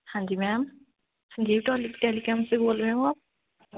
ਹਾਂਜੀ ਮੈਮ ਸੰਜੀਵ ਟੋਲੋ ਟੈਲੀਕੋਮ ਤੋਂ ਬੋਲ ਰਹੇ ਹੋ ਆਪ